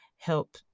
help